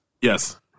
yes